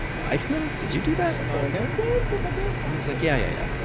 eichmann, did you do that um um yeah and he was like, yeah, yeah you know